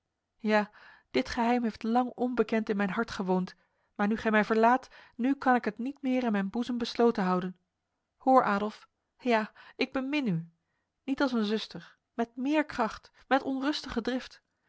ja dit geheim heeft lang onbekend in mijn hart gewoond maar nu gij mij verlaat nu kan ik het niet meer in mijn boezem besloten houden hoor adolf ja ik bemin u niet als een zuster met meer kracht met onrustige drift